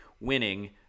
winning